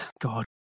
God